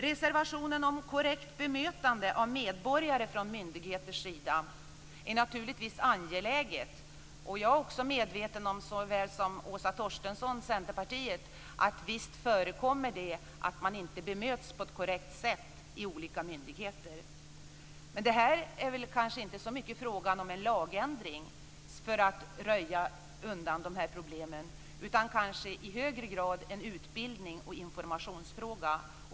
Reservationen om korrekt bemötande av medborgare från myndigheters sida är naturligtvis angelägen. Jag är också medveten om, såväl som Åsa Torstensson i Centerpartiet, att det visst förekommer att man inte bemöts på ett korrekt sätt hos olika myndigheter. Men det är kanske inte så mycket fråga om en lagändring för att kunna röja undan problemen, utan det är kanske i högre grad fråga om utbildning och information.